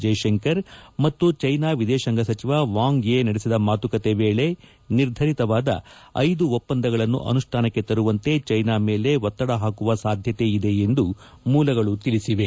ಜೈಶಂಕರ್ ಮತ್ತು ಜೀನಾ ವಿದೇಶಾಂಗ ಸಚಿವ ವಾಂಗ್ ಯೆ ನಡೆಸಿದ ಮಾತುಕತೆ ವೇಳೆ ನಿರ್ಧರಿತವಾದ ಐದು ಒಪ್ಪಂದಗಳನ್ನು ಅನುಷ್ಯನಕ್ಕೆ ತರುವಂತೆ ಚೀನಾ ಮೇಲೆ ಒತ್ತಡ ಪಾಕುವ ಸಾಧ್ಯತೆ ಇದೆ ಎಂದು ಮೂಲಗಳು ತಿಳಿಸಿವೆ